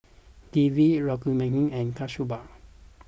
Devi Rukmini and Kasturba